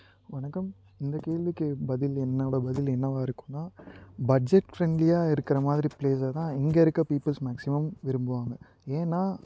வணக்கம் இந்த கேள்விக்குப் பதில் என்னோடய பதில் என்னவா இருக்குன்னால் பட்ஜெட் ஃப்ரெண்ட்லியாக இருக்கிற மாதிரி ப்ளேஸைதான் இங்கே இருக்கற பீப்புல்ஸ் மேக்ஸிமம் விரும்புவாங்க ஏன்னால்